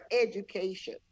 education